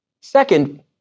Second